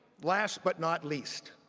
last but not least,